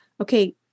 okay